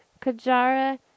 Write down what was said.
Kajara